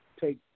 take